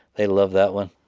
they loved that one.